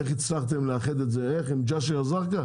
איך הצלחתם לאחד את זה איך הם ג'אסר א- זרקא,